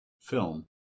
film